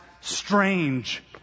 strange